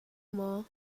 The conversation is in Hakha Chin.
maw